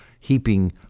Heaping